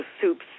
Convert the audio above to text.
soups